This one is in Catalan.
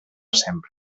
sempre